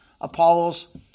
Apollo's